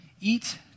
Eat